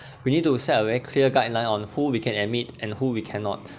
we need to set a very clear guideline on who we can admit and who we cannot